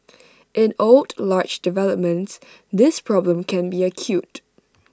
in old large developments this problem can be acute